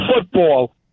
football